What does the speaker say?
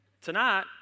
tonight